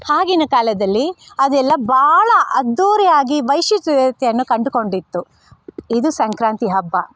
ಆಗಿನ ಕಾಲದಲ್ಲಿ ಅದೆಲ್ಲ ಭಾಳ ಅದ್ಧೂರಿಯಾಗಿ ವಿಶಿಷ್ಟತೆಯನ್ನು ಕಂಡುಕೊಂಡಿತ್ತು ಇದು ಸಂಕ್ರಾಂತಿ ಹಬ್ಬ